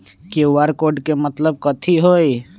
QR code के मतलब कथी होई?